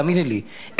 תאמיני לי,